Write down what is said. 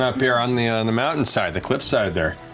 up here, on the and the mountainside, the cliffside, there.